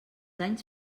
anys